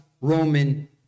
Roman